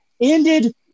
ended